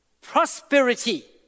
Prosperity